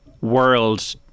world